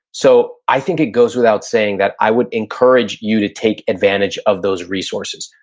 so i think it goes without saying that i would encourage you to take advantage of those resources.